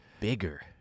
bigger